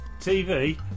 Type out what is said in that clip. TV